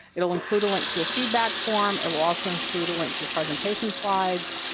it will include a link to a feedback form, it will also include a link to the presentation slides,